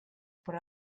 por